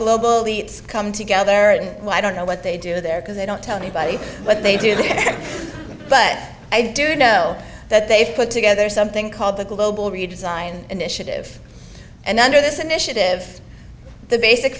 global the come together and i don't know what they do there because they don't tell anybody but they do but i do know that they've put together something called the global redesign initiative and under this initiative the basic